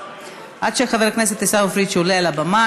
מס' 8273. עד שחבר הכנסת עיסאווי פריג' עולה על הבמה,